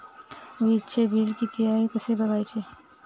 वीजचे बिल किती आहे कसे बघायचे?